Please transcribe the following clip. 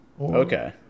Okay